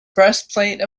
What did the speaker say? breastplate